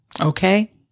Okay